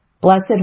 blessed